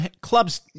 Clubs